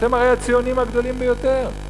אתם הרי הציונים הגדולים ביותר.